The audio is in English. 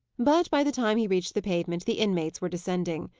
but, by the time he reached the pavement, the inmates were descending.